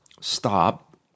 stop